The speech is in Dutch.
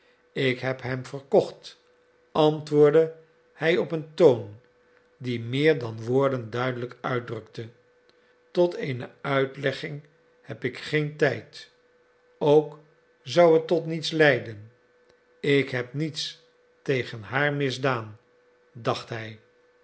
ik heb hem verkocht antwoordde hij op een toon die meer dan woorden duidelijk uitdrukte tot eene uitlegging heb ik geen tijd ook zou het tot niets leiden ik heb niets tegen haar misdaan dacht hij